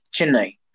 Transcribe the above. Chennai